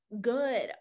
good